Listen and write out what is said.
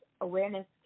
awareness